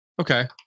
Okay